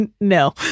No